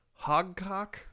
Hogcock